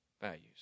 values